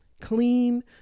Clean